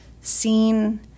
seen